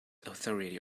authority